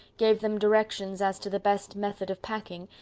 gave them directions as to the best method of packing,